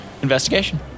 Investigation